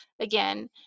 again